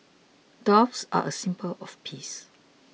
doves are a symbol of peace